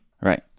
right